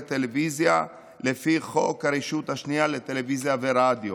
טלוויזיה לפי חוק הרשות השנייה לטלוויזיה ורדיו,